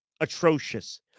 atrocious